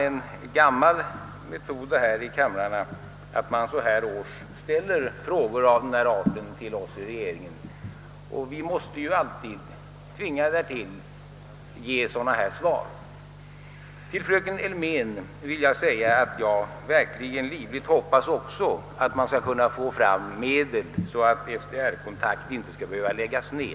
Det är en gammal metod att så här års i kamrarna ställa frågor av denna art till regeringsledamöterna, och vi är alltid tvingade att ge svar av denna typ. Till fröken Elmén vill jag säga att jag verkligen livligt hoppas att man skall kunna skaffa medel så att SDR-kontakt inte skall behöva läggas ned.